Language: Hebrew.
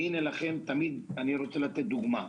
אציג דוגמה,